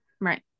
Right